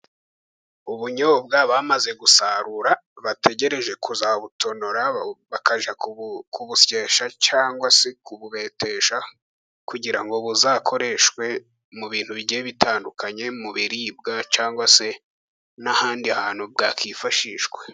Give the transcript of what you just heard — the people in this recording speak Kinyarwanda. Ubunyobwa bamaze gusarura bategereje kuzabutonora bakajya kubushyesha, cyangwa se kububetesha, kugira ngo buzakoreshwe mu bintu bijye bitandukanye, mu biribwa cyangwa se n'ahandi hantu bwakwifashishwa.